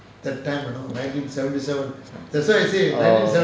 oh